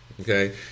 Okay